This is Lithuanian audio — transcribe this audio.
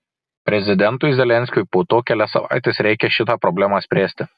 prezidentui zelenskiui po to kelias savaites reikia šitą problemą spręsti